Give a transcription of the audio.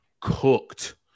cooked